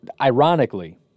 Ironically